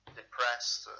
depressed